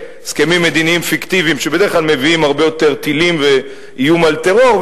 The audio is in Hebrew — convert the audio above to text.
מדיניים פיקטיביים שבדרך כלל מביאים הרבה יותר טילים ואיום של טרור,